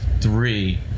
three